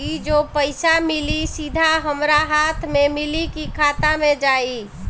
ई जो पइसा मिली सीधा हमरा हाथ में मिली कि खाता में जाई?